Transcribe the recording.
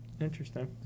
Interesting